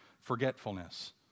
forgetfulness